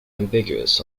ambiguous